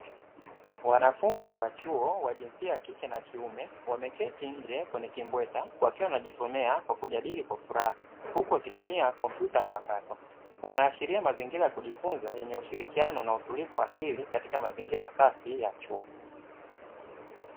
Wanafunzi wa chuo wa jinsia ya kike na kiume wameketi nje kwenye kimbweta, wakiwa wanajisomea kwa kujadili kwa furaha huku akitumia kompyuta mpakato. Wanaashiria mazingira ya kujifunza yenye ushirikiano na utulivu wa akili katika mazingira safi ya chuo.